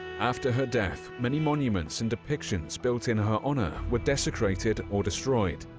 after her death, many monuments and depictions built in her honor were desecrated or destroyed,